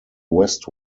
west